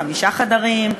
חמישה חדרים,